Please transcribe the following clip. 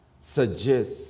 suggest